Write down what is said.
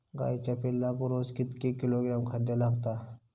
गाईच्या पिल्लाक रोज कितके किलोग्रॅम खाद्य लागता?